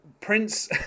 Prince